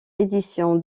édition